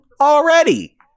already